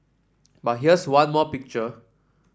but here's one more picture